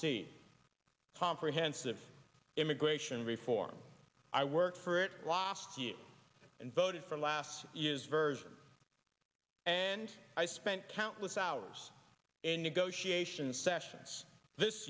see comprehensive immigration reform i work for it last year and voted for last year's version and i spent countless hours in negotiations sessions this